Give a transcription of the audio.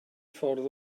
ffordd